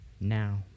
now